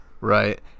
Right